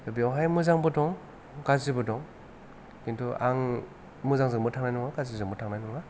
बेवहाय मोजांबो दं गाज्रिबो दं खिन्थु आं मोजांजोंबो थांनाय नङा गाज्रिजोंबो थांनाय नङा